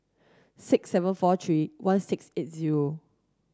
six seven four three one six eight zero